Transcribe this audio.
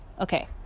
Okay